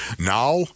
Now